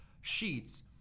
Sheets